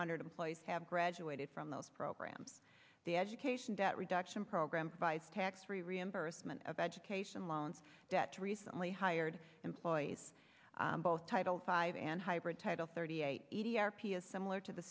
hundred employees have graduated from those programs the education debt reduction program provides tax free reimburse me of education loans debt to recently hired employees both title five and hybrid title thirty eight eighty r p s similar to the